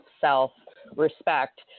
self-respect